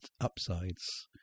upsides